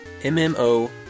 MMO